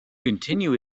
continue